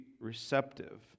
receptive